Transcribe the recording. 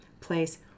place